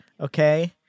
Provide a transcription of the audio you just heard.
okay